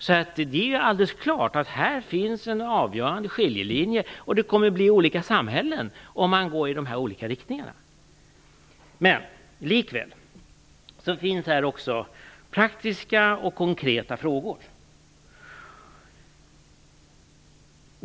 Här finns alldeles klart en avgörande skiljelinje, och det kommer att bli olika samhällen när man går i de olika riktningarna. Likväl finns här också praktiska och konkreta frågor.